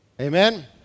Amen